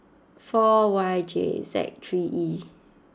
four Y J Z three E